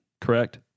correct